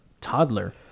toddler